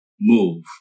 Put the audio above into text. move